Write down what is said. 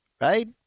right